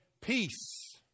peace